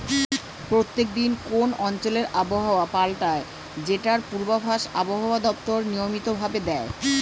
প্রত্যেক দিন কোন অঞ্চলে আবহাওয়া পাল্টায় যেটার পূর্বাভাস আবহাওয়া দপ্তর নিয়মিত ভাবে দেয়